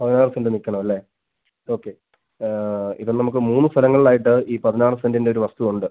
പതിനാറ് സെൻറ്റ് നിൽക്കണം അല്ലെ ഓക്കെ ഇപ്പം നമുക്ക് മൂന്ന് സ്ഥലങ്ങളിലായിട്ട് ഈ പതിനാറ് സെൻറ്റിൻറ്റൊരു വസ്തുവുണ്ട്